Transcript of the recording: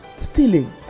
stealing